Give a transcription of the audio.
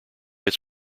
its